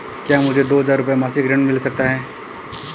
क्या मुझे दो हज़ार रुपये मासिक ऋण मिल सकता है?